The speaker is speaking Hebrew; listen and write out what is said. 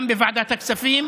גם בוועדת הכספים,